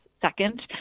second